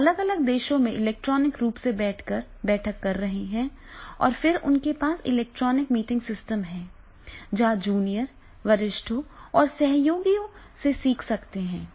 वे अलग अलग देशों में इलेक्ट्रॉनिक रूप से बैठकर बैठक कर रहे हैं और फिर उनके पास इलेक्ट्रॉनिक मीटिंग सिस्टम हैं जहां जूनियर वरिष्ठों और सहयोगियों से सीख सकते हैं